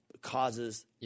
causes